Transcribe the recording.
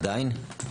עדיין?